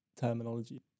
terminology